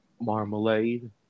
Marmalade